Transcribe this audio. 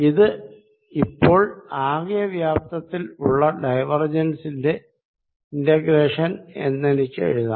ഇത് ഇപ്പോൾ ആകെ വോളിയത്തിൽ ഉള്ള ഡൈവർജൻസിന്റെ ഇന്റഗ്രേഷൻ എന്നെനിക്ക് എഴുതാം